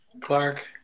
Clark